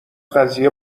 قضیه